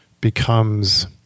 becomes